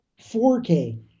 4k